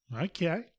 Okay